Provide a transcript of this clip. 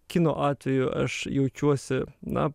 kino atveju aš jaučiuosi na